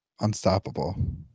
unstoppable